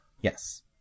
Yes